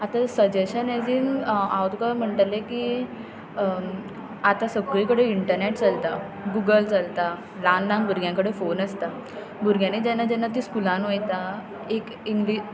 आतां suggestion as in हांव तुका म्हणटलें की आतां सगळे कडेन इंटनॅट चलता गुगल चलता ल्हान ल्हान भुरग्यां कडेन फोन आसता भुरग्यांनी जेन्ना जेन्ना ते स्कुलान वयता एक इंग्ली